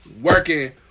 working